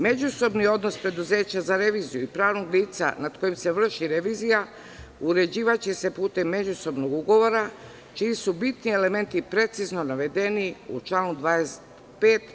Međusobni odnos preduzeća za reviziju i pravnog lica nad kojim se vrši revizija uređivaće se putem međusobnog ugovora, čiji su bitni elementi precizno navedeni u članu 25.